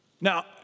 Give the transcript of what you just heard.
Now